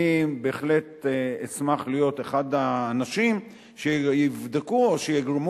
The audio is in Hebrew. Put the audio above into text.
אני בהחלט אשמח להיות אחד האנשים שיבדקו או שיגרמו